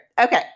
Okay